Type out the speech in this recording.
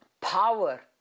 power